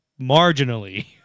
marginally